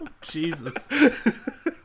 Jesus